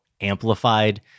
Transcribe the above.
amplified